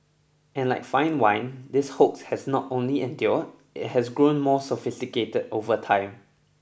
and like fine wine this hoax has not only endured it has grown more sophisticated over time